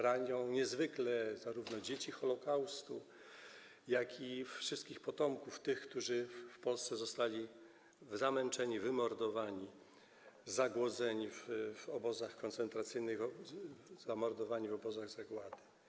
Ranią one niezwykle zarówno dzieci Holokaustu, jak i wszystkich potomków tych, którzy w Polsce zostali zamęczeni, wymordowani, zagłodzeni w obozach koncentracyjnych, zamordowani w obozach zagłady.